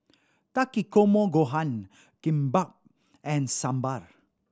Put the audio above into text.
Takikomi Gohan Kimbap and Sambar